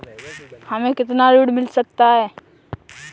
हमें कितना ऋण मिल सकता है?